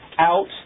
Out